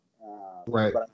Right